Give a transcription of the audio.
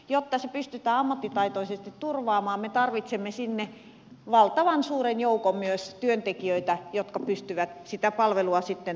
jotta se pystytään ammattitaitoisesti turvaamaan me tarvitsemme sinne valtavan suuren joukon työntekijöitä jotka pystyvät sitä palvelua sitten tarjoamaan